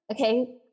Okay